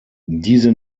diese